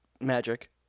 Magic